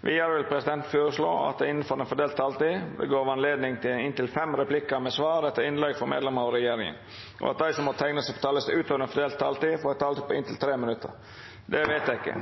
Vidare vil presidenten føreslå at det – innanfor den fordelte taletida – vert gjeve anledning til inntil fem replikkar med svar etter innlegg frå medlemer av regjeringa, og at dei som måtte teikna seg på talarlista utover den fordelte taletida, får ei taletid på inntil 3 minutt. – Det er vedteke.